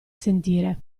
sentire